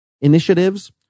initiatives